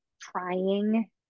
trying